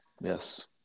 Yes